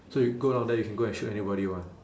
so you go down there you can go and shoot anybody you want